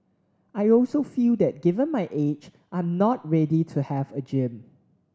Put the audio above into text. I also feel that given my age I'm not ready to have a gym